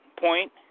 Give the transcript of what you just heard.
point